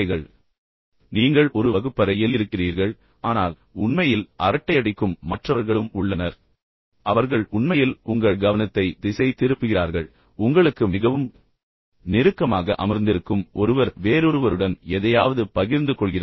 நீங்கள் ஒரு வகுப்பறையில் இருக்கிறீர்கள் என்று வைத்துக்கொள்வோம் நீங்கள் கவனம் செலுத்துகிறீர்கள் ஆனால் உண்மையில் அரட்டையடிக்கும் மற்றவர்களும் உள்ளனர் அவர்கள் உண்மையில் உங்கள் கவனத்தை திசை திருப்புகிறார்கள் பின்னர் உங்களுக்கு மிகவும் நெருக்கமாக அமர்ந்திருக்கும் ஒருவர் வேறொருவருடன் எதையாவது பகிர்ந்து கொள்கிறார்